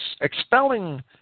expelling